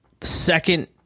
second